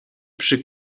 przy